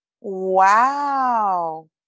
wow